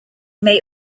may